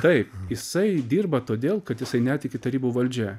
taip jisai dirba todėl kad jisai netiki tarybų valdžia